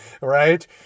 right